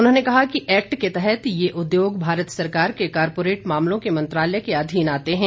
उन्होंने कहा कि एक्ट के तहत यह उद्योग भारत सरकार के कॉरपोरेट मामलों के मंत्रालय के अधीन आते हैं